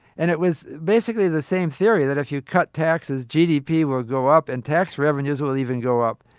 and it was basically the same theory that if you cut taxes, gdp will go up and tax revenues will even go up.